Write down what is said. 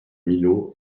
millau